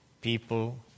people